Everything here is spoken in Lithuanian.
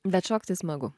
bet šokti smagu